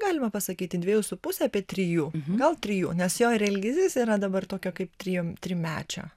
galima pasakyti dvejus su puse apie trijų gal trijų nes jo ir elgesys yra dabar tokio kaip tryjom trimečio